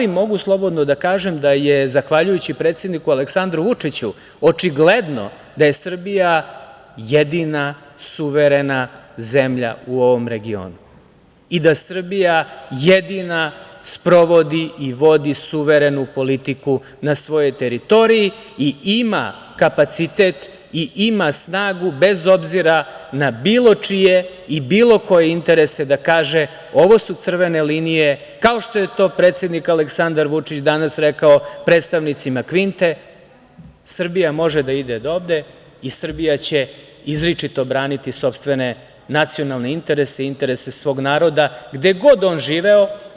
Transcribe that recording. Mogu slobodno da kažem da je zahvaljujući predsedniku Aleksandru Vučiću očigledno da je Srbija jedina suverena zemlja u ovom regionu i da Srbija jedina sprovodi i vodi suverenu politiku na svojoj teritoriji i ima kapacitet i ima snagu, bez obzira na bilo čije i bilo koje interese, da kaže – ovo su crvene linije, kao što je to predsednik Aleksandar Vučić danas rekao predstavnicima Kvinte – Srbija može da ide dovde i Srbija će izričito braniti sopstvene nacionalne interese i interese svog naroda gde god on živeo.